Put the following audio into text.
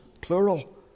plural